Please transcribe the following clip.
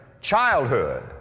childhood